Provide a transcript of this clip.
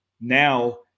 now